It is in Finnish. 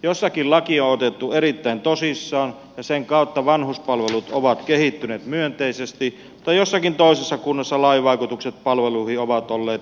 jossakin laki on otettu erittäin tosissaan ja sen kautta vanhuspalvelut ovat kehittyneet myönteisesti mutta jossakin toisessa kunnassa lain vaikutukset palveluihin ovat olleet vähäisiä